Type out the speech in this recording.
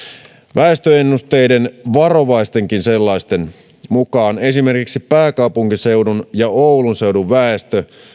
väestöennusteiden varovaistenkin sellaisten mukaan esimerkiksi pääkaupunkiseudun ja oulun seudun väestö